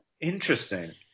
Interesting